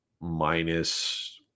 minus